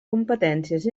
competències